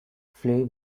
flair